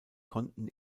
konnten